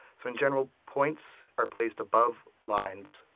so in general points are placed above lines,